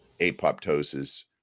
apoptosis